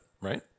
right